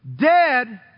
Dead